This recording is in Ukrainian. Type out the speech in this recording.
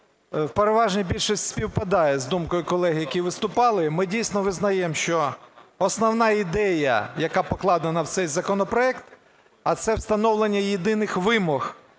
в переважній більшості співпадає з думкою колег, які виступали. Ми дійсно визнаємо, що основна ідея, яка покладена в цей законопроект, а це встановлення єдиних вимог